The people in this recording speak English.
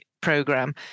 program